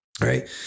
right